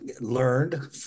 learned